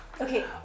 Okay